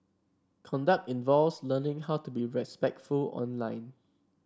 conduct involves learning how to be respectful online